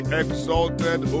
exalted